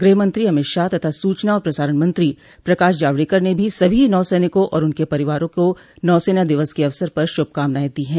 गृहमंत्री अमित शाह तथा सूचना और प्रसारण मंत्री प्रकाश जावड़ेकर ने भी सभी नौसैनिकों और उनके परिवारों को नौसेना दिवस के अवसर पर शुभकामनाएं दी हैं